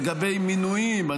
לגבי מינויים.